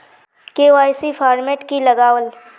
KYC format की लगावल?